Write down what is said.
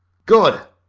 good!